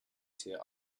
tier